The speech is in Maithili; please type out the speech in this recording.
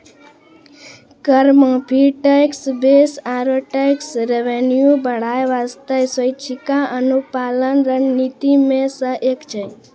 कर माफी, टैक्स बेस आरो टैक्स रेवेन्यू बढ़ाय बासतें स्वैछिका अनुपालन रणनीति मे सं एक छै